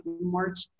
March